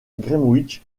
greenwich